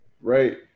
right